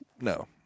No